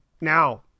Now